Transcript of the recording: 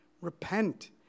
Repent